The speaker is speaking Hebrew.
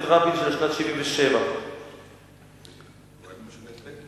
רבין של שנת 1977. הוא היה בממשלת בגין.